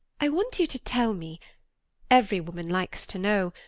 i want you to tell me every woman likes to know